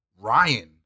Ryan